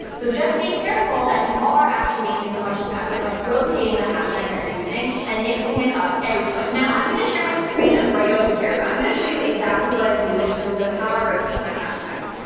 so just be careful that you are actually making a conscious effort of rotating the hashtags that you're using and mixing it up every time. now i'm going to share my screen right over here, but i'm going to show you exactly what i do in terms of how i rotate my hashtags.